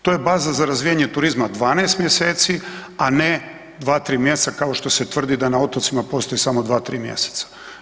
To je baza za razvijanje turizma 12 mjeseci, a ne 2-3 mjeseca kao što se tvrdi da na otocima postoji samo 2-3 mjeseca.